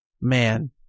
man